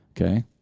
Okay